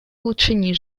улучшении